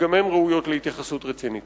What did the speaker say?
שגם הן ראויות להתייחסות רצינית.